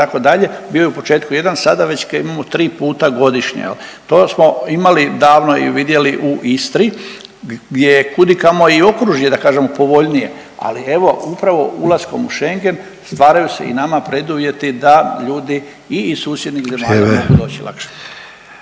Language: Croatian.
Bio je u početku jedan, sada već ga imamo tri puta godišnje. To smo imali davno i vidjeli u Istri gdje kud i kamo i okružje da kažem povoljnije. Ali evo upravo ulaskom u Schengen stvaraju se i nama preduvjeti da ljudi i iz susjednih zemalja … …/Upadica